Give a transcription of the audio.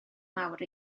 mawr